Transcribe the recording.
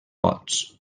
vots